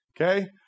Okay